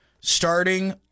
starting